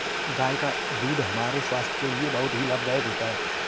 गाय का दूध हमारे स्वास्थ्य के लिए बहुत ही लाभदायक होता है